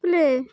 play